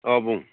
औ बुं